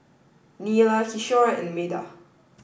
Neila Kishore and Medha